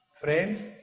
Friends